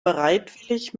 bereitwillig